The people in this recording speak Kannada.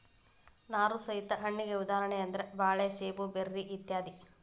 ನಾರು ಸಹಿತ ಹಣ್ಣಿಗೆ ಉದಾಹರಣೆ ಅಂದ್ರ ಬಾಳೆ ಸೇಬು ಬೆರ್ರಿ ಇತ್ಯಾದಿ